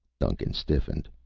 duncan stiffened.